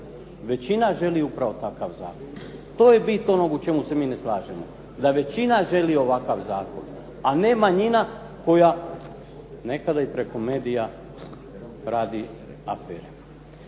većina želi upravo takav zakon. To je bit onog u čemu se mi ne slažemo, da većina želi ovakav zakon, a ne manjina koja nekada i preko medija radi afere.